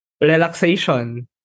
Relaxation